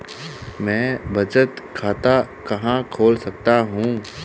मैं बचत खाता कहां खोल सकता हूं?